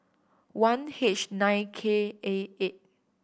one H nine K A eight